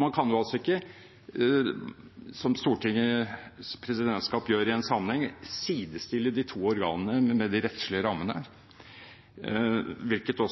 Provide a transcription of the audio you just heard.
Man kan altså ikke, som Stortingets presidentskap gjør i denne sammenheng, sidestille de to organene med de rettslige rammene, hvilket er